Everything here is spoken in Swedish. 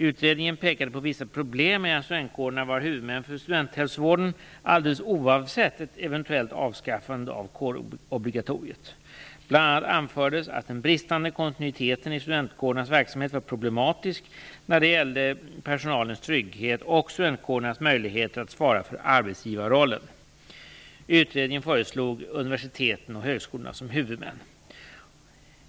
Utredningen pekade på vissa problem med att studentkårerna var huvudmän för studenthälsovården alldeles oavsett ett eventuellt avskaffande av kårobligatoriet. Bl.a. anfördes att den bristande kontinuiteten i studentkårernas verksamhet var problematisk när det gällde personalens trygghet och studentkårernas möjligheter att svara för arbetsgivarrollen. Utredningen föreslog universiteten och högskolorna som huvudmän.